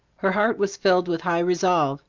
her heart was filled with high resolve.